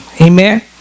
Amen